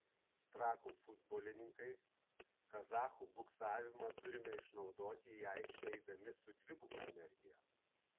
trakų futbolininkai kazachų buksavimą turime išnaudoti į aikštę eidami su dviguba energija